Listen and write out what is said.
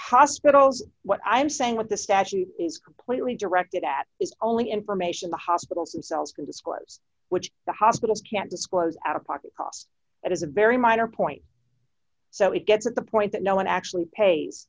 hospitals what i'm saying what the statute is completely directed at is only information the hospitals themselves can disclose which the hospitals can't disclose out of pocket costs it is a very minor point so it gets at the point that no one actually pays